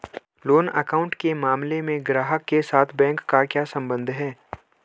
Loan account के मामले में ग्राहक के साथ बैंक का क्या संबंध है?